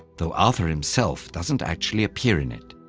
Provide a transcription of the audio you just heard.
though arthur himself doesn't actually appear in it.